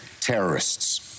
terrorists